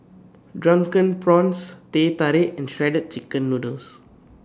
Drunken Prawns Teh Tarik and Shredded Chicken Noodles